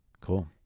Cool